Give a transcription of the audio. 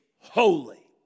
holy